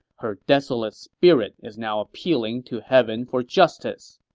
her desolate spirit is now appealing to heaven for justice.